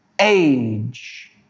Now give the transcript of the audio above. age